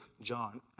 John